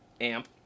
amp